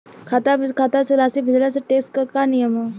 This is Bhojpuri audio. खाता से खाता में राशि भेजला से टेक्स के का नियम ह?